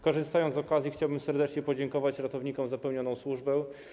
Korzystając z okazji, chciałbym serdecznie podziękować ratownikom za pełnioną służbę.